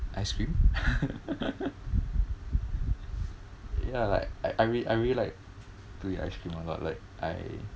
ice cream ya like I I re~ I really like to eat ice cream a lot Iike I